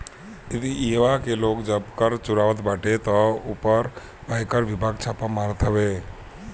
इहवा के लोग जब कर चुरावत बाटे तअ आयकर विभाग छापा मारत हवे